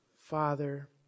Father